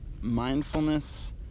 mindfulness